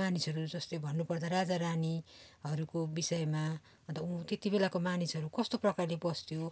मानिसहरू जस्तै भन्नु पर्दा राजा रानी हरूको विषयमा अन्त उयो त्यति बेलाको मानिसहरू कस्तो प्रकारले बस्थ्यो